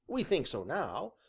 we think so now,